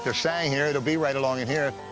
there's seng here, it'll be right along in here.